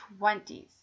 20s